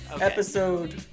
Episode